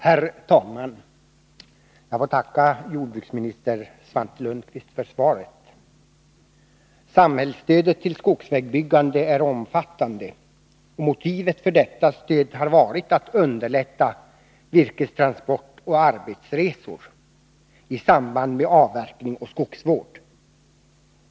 Herr talman! Jag får tacka jordbruksminister Svante Lundkvist för svaret. Samhällsstödet till skogsvägbyggande är omfattande. Motivet för detta stöd har varit att underlätta virkestransport och arbetsresor i samband med avverkning och skogsvård.